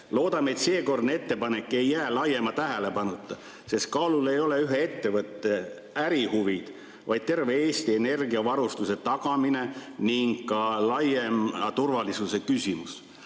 "Loodame, et seekordne ettepanek ei jää laiema tähelepanuta, sest kaalul ei ole ühe ettevõtte ärihuvid, vaid terve Eesti energiavarustuse tagamine ning ka laiem turvalisuse küsimus."